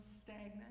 stagnant